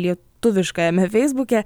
lietuviškajame feisbuke